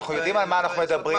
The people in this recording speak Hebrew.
אנחנו יודעים על מה אנחנו מדברים.